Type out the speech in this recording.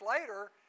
later